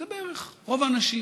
זה בערך, רוב האנשים.